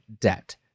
debt